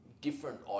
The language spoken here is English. different